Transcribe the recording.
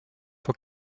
for